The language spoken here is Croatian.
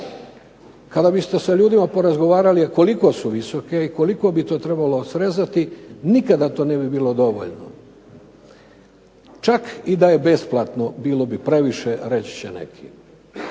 Kada biste sa ljudima porazgovarali koliko su visoke i koliko bi to trebalo srezati, nikada to ne bi bilo dovoljno, čak i da je besplatno bilo bi previše reći će neki.